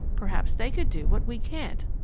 perhaps they could do what we can't.